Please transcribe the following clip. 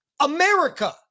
America